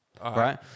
right